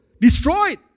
Destroyed